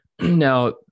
now